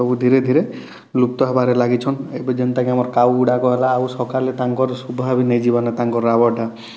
ସବୁ ଧିରେ ଧିରେ ଲୁପ୍ତ ହେବାରେ ଲାଗିଛନ୍ ଏବେ ଯେନ୍ତା କି ଆମର କାଉ ଗୁଡ଼ାକ ହେଲା ଆଉ ସକାଲେ ତାଙ୍କର ଶୁଭା ବି ନାଇ ଜିବାର୍ନା ତାଙ୍କର ରାବଟା